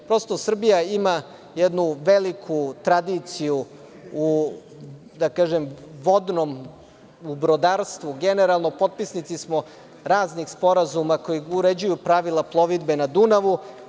Prosto Srbija ima jednu veliku tradiciju u brodarstvu generalno, potpisnici smo raznih sporazuma koji uređuju pravila plovidbe na Dunavu.